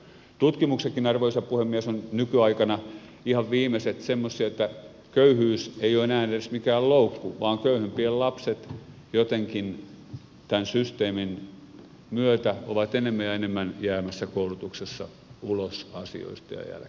tutkimuksetkin arvoisa puhemies ovat nykyaikana ihan viimeiset semmoisia että köyhyys ei ole edes mikään loukku vaan köyhimpien lapset jotenkin tämän systeemin myötä ovat enemmän ja enemmän jäämässä koulutuksessa ulos asioista ja jälkeen